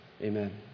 amen